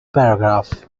paragraph